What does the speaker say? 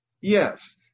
Yes